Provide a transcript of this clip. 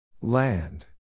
Land